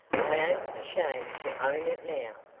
i ain't ashamed to own it now.